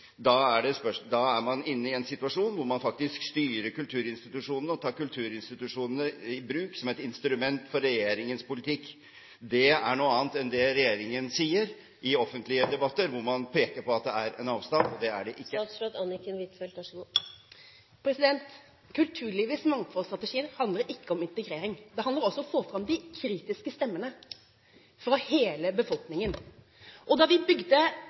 Da er man inne i en situasjon hvor man faktisk styrer kulturinstitusjonene og tar kulturinstitusjonene i bruk som et instrument for regjeringens politikk. Det er noe annet enn det regjeringen sier i offentlige debatter, hvor man peker på at det er en avstand, og det er det ikke. Kulturlivets mangfoldsstrategier handler ikke om integrering. Det handler altså om å få fram de kritiske stemmene fra hele befolkningen. Da vi bygde